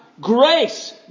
grace